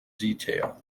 detail